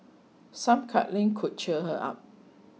some cuddling could cheer her up